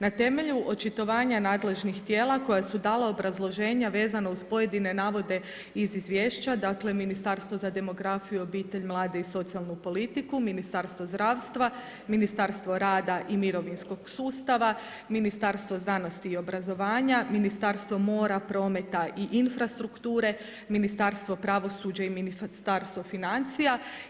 Na temelju očitovanja nadležnih tijela koja su dala obrazloženje vezano uz pojedine navode iz izvješća, dakle Ministarstvo za demografiju, obitelj, mlade i socijalnu politiku, Ministarstvo zdravstva, Ministarstvo rada i mirovinskog sustava, Ministarstvo znanosti i obrazovanja, Ministarstvo mora, prometa i infrastrukture, Ministarstvo pravosuđa i Ministarstvo financija.